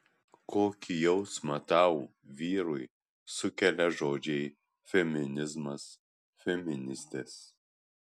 kokį jausmą tau vyrui sukelia žodžiai feminizmas feministės